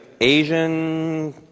Asian